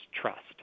trust